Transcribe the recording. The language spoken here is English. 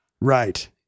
Right